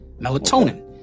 Melatonin